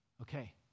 okay